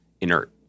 inert